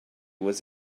was